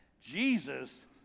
Jesus